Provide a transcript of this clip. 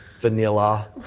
vanilla